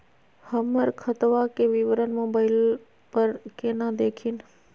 हमर खतवा के विवरण मोबाईल पर केना देखिन?